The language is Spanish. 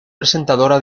presentadora